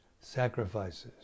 sacrifices